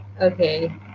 Okay